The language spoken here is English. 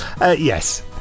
Yes